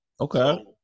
Okay